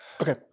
Okay